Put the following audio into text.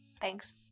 thanks